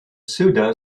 suda